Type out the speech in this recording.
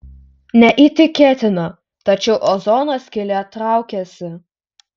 neįtikėtina tačiau ozono skylė traukiasi